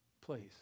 please